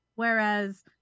Whereas